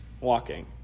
walking